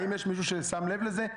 האם יש מישהו ששם לב לזה?